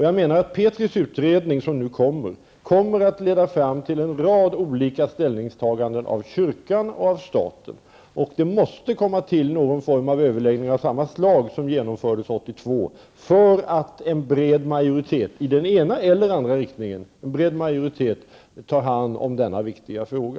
Jag tror att Petris utredning, som snart skall presenteras, kommer att leda till en rad olika ställningstaganden från både kyrkans och statens sida. Någon form av överläggningar av det slag som man hade 1982 behövs för att en bred majoritet, i vilken riktning det nu än är, tar sig an denna viktiga fråga.